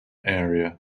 area